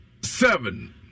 seven